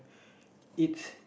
eat